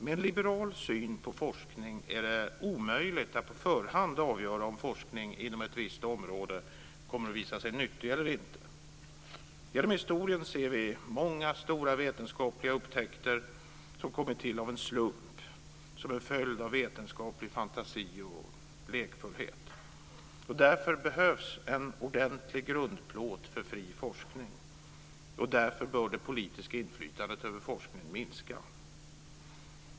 Med en liberal syn på forskning är det omöjligt att på förhand avgöra om forskning inom ett visst område kommer att visa sig nyttig eller inte. Genom historien ser vi många stora vetenskapliga upptäckter som kommit till av en slump, som en följd av vetenskaplig fantasi och lekfullhet. Därför behövs det en ordentlig grundplåt för fri forskning och därför bör det politiska inflytandet över forskningen minska.